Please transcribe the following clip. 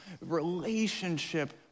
relationship